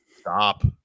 Stop